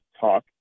talk